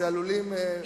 שעלולים בעוד 130 שנה,